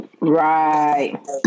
Right